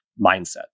mindset